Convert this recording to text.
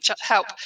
help